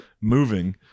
moving